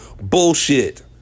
Bullshit